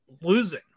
losing